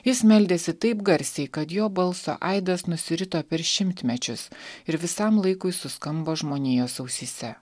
jis meldėsi taip garsiai kad jo balso aidas nusirito per šimtmečius ir visam laikui suskambo žmonijos ausyse